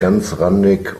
ganzrandig